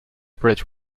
bridge